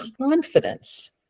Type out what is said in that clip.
confidence